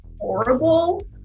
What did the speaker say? horrible